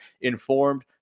informed